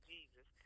Jesus